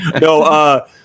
No